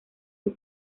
sus